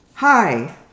Hi